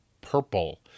purple